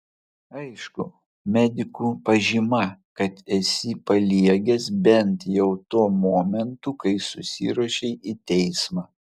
aišku medikų pažyma kad esi paliegęs bent jau tuo momentu kai susiruošei į teismą